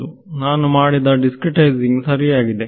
ನಾನು ಮಾಡಿದ discrete icing ಸರಿಯಾಗಿದೆ